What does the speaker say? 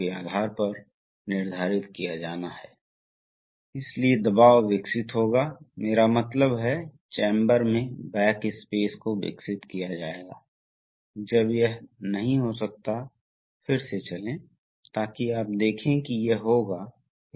उसी समय इस लाइन को देखें इस लाइन को यहां प्लग किया गया है इसलिए कुछ भी नहीं है यह वाल्व एक कैम संचालित वाल्व है इसलिए जब तक कैम ऊपर नहीं होता है जब कैम संचालित होता है तो यह बाईं स्थिति में होना चाहिए जब कैम संचालित नहीं है सही स्थिति माना जाता है